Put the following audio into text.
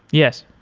yes.